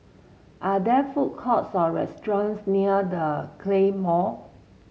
are there food courts or restaurants near The Claymore